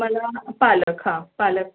मला पालक हां पालक